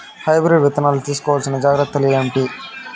Hybrid విత్తనాలు తీసుకోవాల్సిన జాగ్రత్తలు ఏంటి?